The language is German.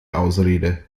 ausrede